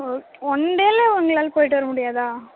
ஒ ஒன் டேவில உங்களால் போயிட்டு வர முடியாதா